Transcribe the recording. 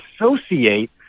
associate